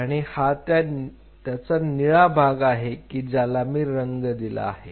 आणि हा त्याचा निळा भाग आहे की ज्याला मी रंग दिला आहे